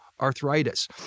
arthritis